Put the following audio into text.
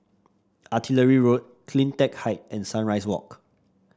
Artillery Road CleanTech Height and Sunrise Walk